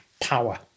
power